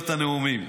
הנאומים.